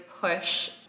push